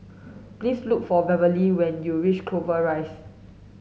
please look for Beverly when you reach Clover Rise